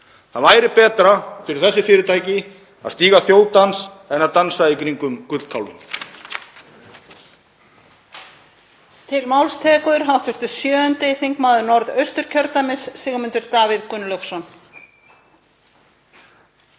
Það væri betra fyrir þessi fyrirtæki að stíga þjóðdans en að dansa í kringum gullkálfinn.